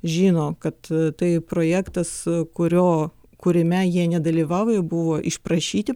žino kad tai projektas kurio kūrime jie nedalyvavo jie buvo išprašyti